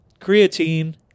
Creatine